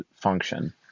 function